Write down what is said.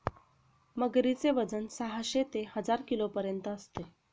मगरीचे वजन साहशे ते हजार किलोपर्यंत असते